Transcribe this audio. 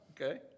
okay